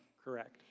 correct.